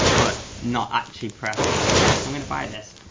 but not actually pressed yes i'm gonna buy this,